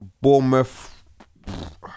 Bournemouth